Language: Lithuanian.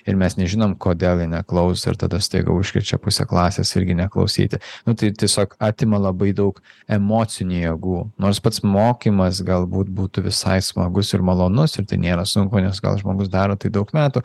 ir mes nežinom kodėl jie neklauso ir tada staiga užkrečia pusę klasės irgi neklausyti nu tai tiesiog atima labai daug emocinių jėgų nors pats mokymas galbūt būtų visai smagus ir malonus ir tai nėra sunku nes gal žmogus daro tai daug metų